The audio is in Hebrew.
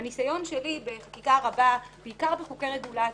מהניסיון שלי בחקיקה רבה, בעיקר בחוקי רגולציה,